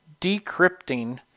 decrypting